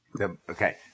Okay